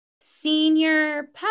senior